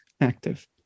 active